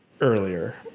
earlier